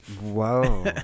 Whoa